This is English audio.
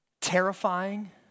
terrifying